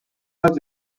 was